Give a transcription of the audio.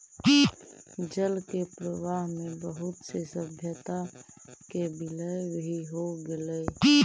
जल के प्रवाह में बहुत से सभ्यता के विलय भी हो गेलई